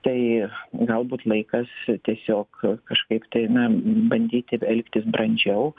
tai galbūt laikas tiesiog kažkaip tai na bandyti elgtis brandžiau